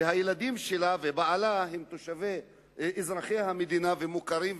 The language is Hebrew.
והילדים שלה ובעלה הם אזרחי המדינה ומוכרים,